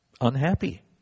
unhappy